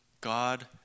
God